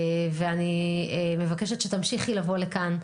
אני מבקשת שתמשיכי לבוא לכאן,